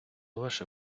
ваше